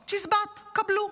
צ'יזבט, קבלו.